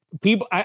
people